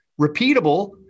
repeatable